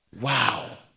Wow